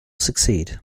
succeed